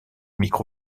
micro